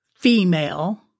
Female